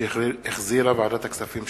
שהחזירה ועדת הכספים.